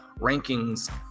rankings